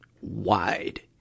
wide